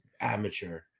amateur